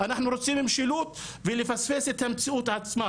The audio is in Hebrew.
שיתנו את הפתרונות ואת הכלים.